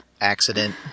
accident